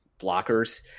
blockers